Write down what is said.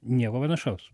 nieko panašaus